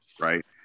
right